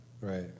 right